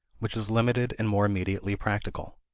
which is limited and more immediately practical.